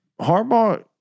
Harbaugh